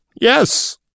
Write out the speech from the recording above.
Yes